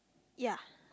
ya